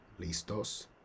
Listos